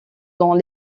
dans